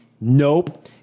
Nope